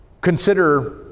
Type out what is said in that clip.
Consider